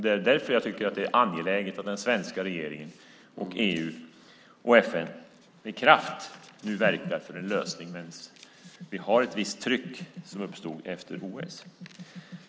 Därför tycker jag att det är angeläget att den svenska regeringen, EU och FN med kraft verkar för en lösning medan vi har ett visst tryck som uppstod efter OS.